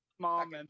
Mom